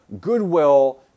goodwill